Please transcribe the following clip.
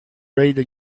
ready